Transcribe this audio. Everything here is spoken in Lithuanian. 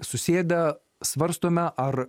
susėdę svarstome ar